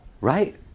Right